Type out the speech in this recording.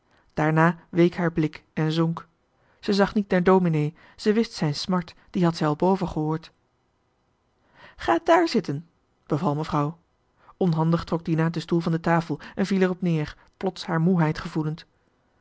daarna week haar blik en zonk zij zag niet naar dominee zij wist zijn smart die had zij al boven gehoord ga daar zitten beval mevrouw onhandig trok dina den stoel van de tafel en viel erop neer plots haar moeheid gevoelend